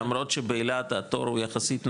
למרות שבאלעד התור הוא יחסית נמוך,